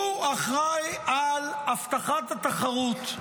הוא אחראי על הבטחת התחרות,